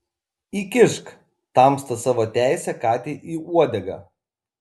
įkišk tamsta savo teisę katei į uodegą